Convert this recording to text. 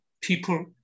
people